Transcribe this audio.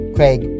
Craig